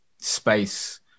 space